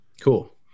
Cool